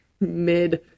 mid